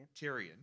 Tyrion